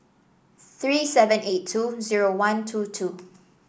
three seven eight two zero one two two